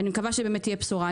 אני מקווה שבאמת תהיה בשורה.